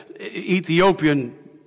Ethiopian